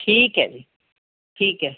ਠੀਕ ਐ ਜੀ ਠੀਕ ਐ